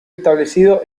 establecido